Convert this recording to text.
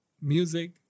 music